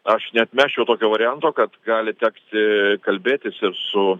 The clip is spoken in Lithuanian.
aš neatmesčiau tokio varianto kad gali tekti kalbėtis ir su